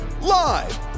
live